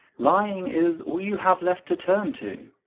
lying is all you have left to turn to.